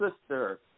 sister